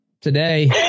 today